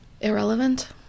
irrelevant